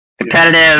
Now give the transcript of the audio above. Competitive